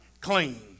clean